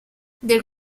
del